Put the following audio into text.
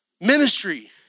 ministry